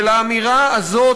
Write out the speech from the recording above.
ולאמירה הזאת,